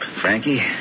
Frankie